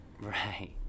Right